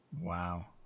Wow